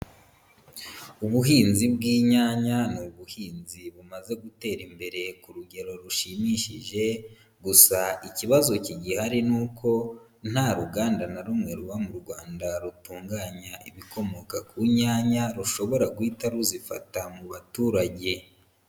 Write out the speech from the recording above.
Ubuhinzi bw'inyanya ni ubuhinzi bumaze gutera imbere ku rugero rushimishije, gusa ikibazo kigihari ni uko nta ruganda na rumwe ruba mu Rwanda rutunganya ibikomoka ku nyanya rushobora guhita ruzifata mu baturage.